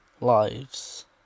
Lives